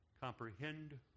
comprehend